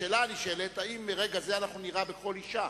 השאלה הנשאלת: האם מרגע זה נירה בכל אשה?